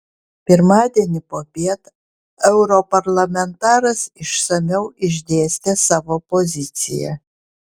pirmadienį popiet europarlamentaras išsamiau išdėstė savo poziciją